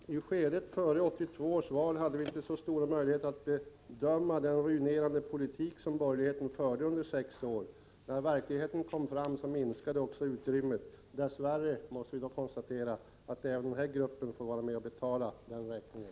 Fru talman! I skedet före 1982 års val hade vi inte så stora möjligheter att bedöma den ruinerande politik som borgerligheten förde under sex år. När de verkliga förhållandena kom fram minskade också utrymmet. Dess värre måste vi konstatera att denna grupp får vara med och betala räkningen.